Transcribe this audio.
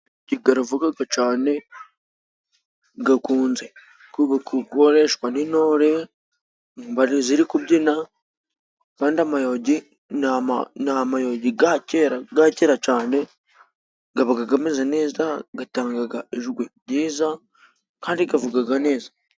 Aravuga cyane akunze gukoreshwa n'intore ziri kubyina kandi amayogi ni amayogi ya kera cyane aba ameze neza atanga ijwi ryiza kandi avuga neza.